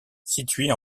située